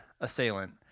assailant